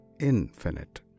infinite